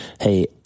hey